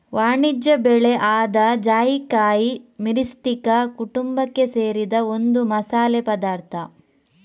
ವಾಣಿಜ್ಯ ಬೆಳೆ ಆದ ಜಾಯಿಕಾಯಿ ಮಿರಿಸ್ಟಿಕಾ ಕುಟುಂಬಕ್ಕೆ ಸೇರಿದ ಒಂದು ಮಸಾಲೆ ಪದಾರ್ಥ